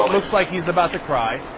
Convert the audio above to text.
um it's like he's about to cry